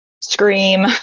scream